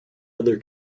other